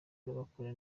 bagakora